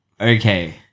Okay